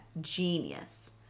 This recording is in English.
genius